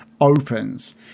opens